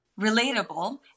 relatable